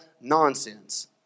nonsense